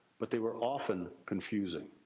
but they were often confusing.